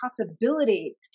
possibility